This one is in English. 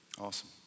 Awesome